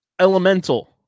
Elemental